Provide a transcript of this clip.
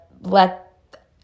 let